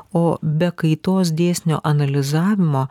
o be kaitos dėsnio analizavimo